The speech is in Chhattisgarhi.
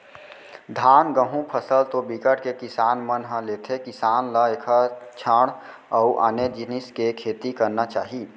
धान, गहूँ फसल तो बिकट के किसान मन ह लेथे किसान ल एखर छांड़ अउ आने जिनिस के खेती करना चाही